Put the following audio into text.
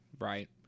Right